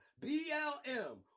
BLM